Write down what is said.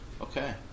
Okay